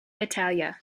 italia